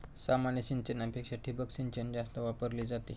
सामान्य सिंचनापेक्षा ठिबक सिंचन जास्त वापरली जाते